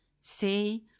Say